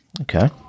Okay